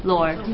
Lord